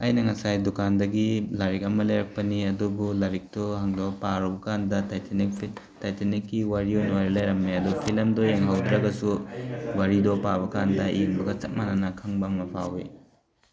ꯑꯩꯅ ꯉꯁꯥꯏ ꯗꯨꯀꯥꯟꯗꯒꯤ ꯂꯥꯏꯔꯤꯛ ꯑꯃ ꯂꯩꯔꯛꯄꯅꯦ ꯑꯗꯨꯕꯨ ꯂꯥꯏꯔꯤꯛꯇꯨ ꯍꯥꯡꯗꯣꯛꯑ ꯄꯥꯔꯨꯀꯥꯟꯗ ꯇꯥꯏꯇꯦꯅꯤꯛ ꯐꯤꯠ ꯇꯥꯏꯇꯦꯅꯤꯛꯀꯤ ꯋꯥꯔꯤ ꯑꯣꯏꯅ ꯑꯣꯏꯔ ꯂꯩꯔꯝꯃꯦ ꯑꯗꯣ ꯐꯤꯂꯝꯗꯣ ꯌꯦꯡꯍꯧꯗ꯭ꯔꯒꯁꯨ ꯋꯥꯔꯤꯗꯣ ꯄꯥꯕꯀꯥꯟꯗ ꯑꯩ ꯌꯦꯡꯕꯒ ꯆꯞ ꯃꯥꯟꯅꯅ ꯈꯪꯕ ꯑꯃ ꯐꯥꯎꯏ